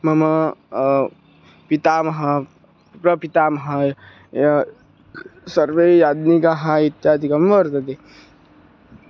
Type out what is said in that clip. मम पितामहः प्रपितामहः ये सर्वे याज्ञिकाः इत्यादिकं वर्तते